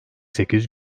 sekiz